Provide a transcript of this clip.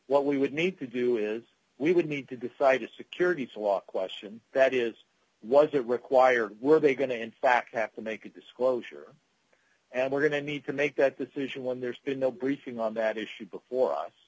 what we would need to do is we would need to decide a security flaw question that is was it required were they going to in fact have to make a disclosure and we're going to need to make that decision when there's been no briefing on that issue before us